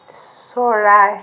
চৰাই